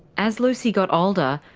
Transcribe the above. as lucy got older,